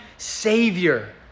Savior